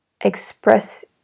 express